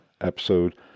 episode